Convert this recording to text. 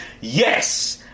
yes